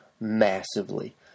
massively